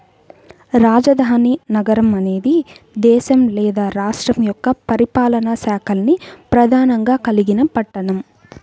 రాజధాని నగరం అనేది దేశం లేదా రాష్ట్రం యొక్క పరిపాలనా శాఖల్ని ప్రధానంగా కలిగిన పట్టణం